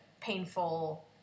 painful